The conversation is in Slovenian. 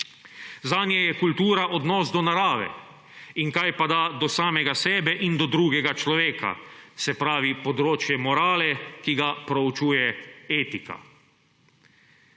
Zanje je kultura odnos do narave in kajpada do samega sebe in do drugega človeka, se pravi področje morale, ki ga proučuje etika.